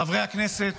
חברי הכנסת: